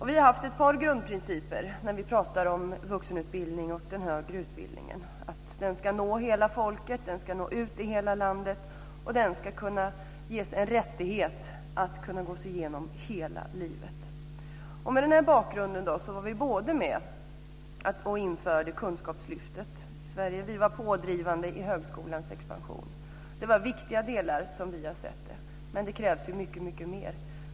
Vi har haft ett par grundprinciper när vi har pratat om vuxenutbildning och den högre utbildningen, att den ska nå hela folket, den ska nå ut i hela landet och den ska kunna ges som en rättighet genom hela livet. Med den bakgrunden var vi med om att införa Kunskapslyftet i Sverige, och vi var pådrivande i högskolans expansion. Det var viktiga delar, som vi har sett det. Men det krävs mycket mer.